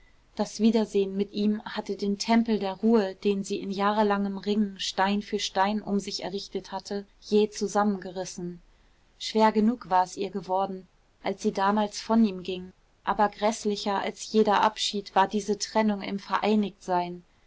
das wiedersehen mit ihm hatte den tempel der ruhe den sie in jahrelangem ringen stein für stein um sich errichtet hatte jäh zusammengerissen schwer genug war es ihr geworden als sie damals von ihm ging aber gräßlicher als jeder abschied war diese trennung im vereinigtsein